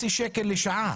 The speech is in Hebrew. יוצא חצי שקל לשעה.